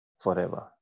forever